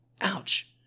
ouch